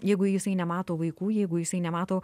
jeigu jisai nemato vaikų jeigu jisai nemato